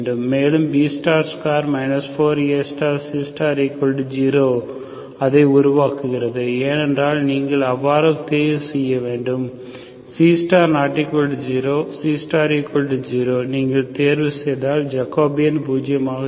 மேலும் B2 4AC0 அதை உருவாக்குகிறது ஏனென்றால் நீங்கள் அவ்வாறு தேர்வு செய்ய வேண்டும் C≠0 C0 நீங்கள் தேர்வு செய்தால் ஜக்கோபியன் பூஜ்ஜியமாக இருக்கும்